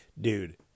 Dude